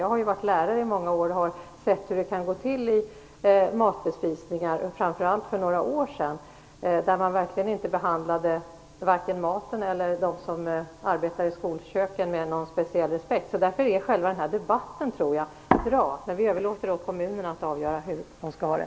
Jag har ju varit lärare i många år och sett hur det kan gå till i matbespisningar, framför allt för några år sedan. Då behandlade man varken maten eller de som arbetade i skolköken med någon speciell respekt. Därför är själva debatten bra. Men vi överlåter åt kommunerna att avgöra hur de skall ha det.